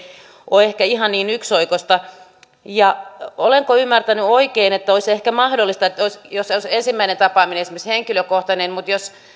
ole ehkä ihan niin yksioikoista ja olenko ymmärtänyt oikein että olisi ehkä mahdollista että esimerkiksi ensimmäinen tapaaminen olisi henkilökohtainen mutta jos